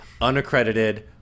unaccredited